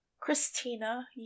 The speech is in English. Christina